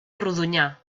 rodonyà